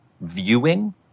viewing